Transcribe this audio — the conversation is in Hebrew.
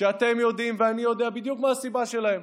שאתם יודעים ואני יודע בדיוק מה הסיבה שלהם: